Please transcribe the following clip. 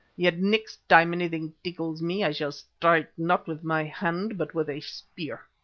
yet next time anything tickles me, i shall strike, not with my hand, but with a spear.